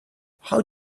how